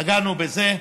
נגענו בזה.